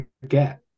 forget